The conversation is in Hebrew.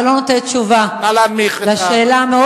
אבל לא נותנת תשובה על שאלה מאוד